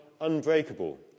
unbreakable